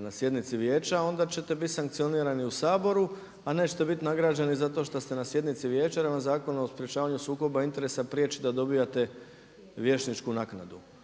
na sjednici vijeća onda ćete biti sankcionirani u Saboru a nećete biti nagrađeni za to što ste na sjednici vijeća jer vam Zakon o sprečavanju sukoba interesa priječi da dobivate vijećničku naknadu.